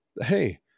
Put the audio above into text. Hey